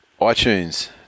iTunes